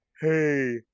Hey